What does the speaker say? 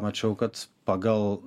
mačiau kad pagal